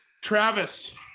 Travis